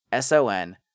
SON